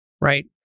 right